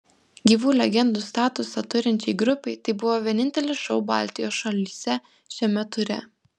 gyvų legendų statusą turinčiai grupei tai buvo vienintelis šou baltijos šalyse šiame ture